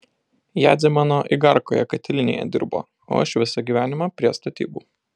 jadzė mano igarkoje katilinėje dirbo o aš visą gyvenimą prie statybų